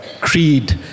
creed